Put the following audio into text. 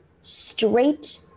straight